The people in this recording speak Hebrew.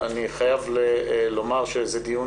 אני חייב לומר שזה דיון